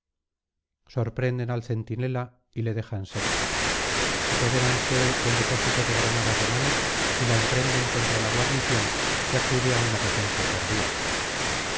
sorprenden al centinela y le dejan seco apodéranse del depósito de granadas de mano y la emprenden contra la guarnición que acude a una defensa tardía